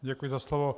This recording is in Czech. Děkuji za slovo.